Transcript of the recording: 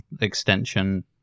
extension